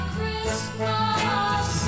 Christmas